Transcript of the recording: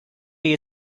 you